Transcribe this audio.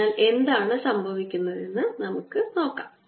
അതിനാൽ എന്താണ് സംഭവിക്കുന്നതെന്ന് നമുക്ക് നോക്കാം